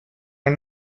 are